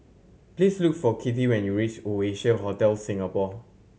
please look for Kitty when you reach Oasia Hotel Singapore